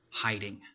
hiding